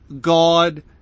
God